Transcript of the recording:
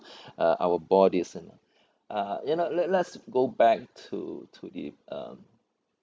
uh our bodies and all uh you know let let's go back to to the um